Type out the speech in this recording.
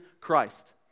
christ